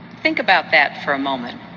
think about that for a moment.